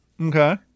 Okay